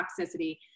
toxicity